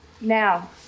Now